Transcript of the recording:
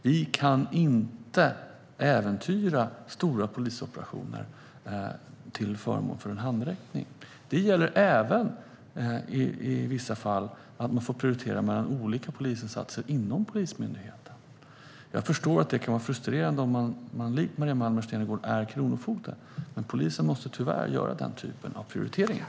Vi kan inte äventyra stora polisoperationer till förmån för en handräckning. I vissa fall gäller det även att man får prioritera mellan olika polisinsatser inom Polismyndigheten. Jag förstår att det kan vara frustrerande om man likt Maria Malmer Stenergard är kronofogde, men polisen måste tyvärr göra sådana prioriteringar.